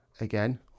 again